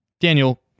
Daniel